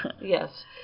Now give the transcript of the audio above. Yes